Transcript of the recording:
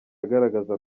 agaragaza